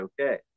okay